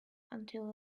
until